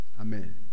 Amen